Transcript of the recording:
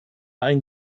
ein